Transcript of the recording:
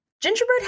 Gingerbread